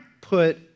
put